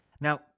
Now